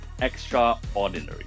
extraordinary